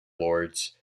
lords